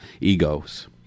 Egos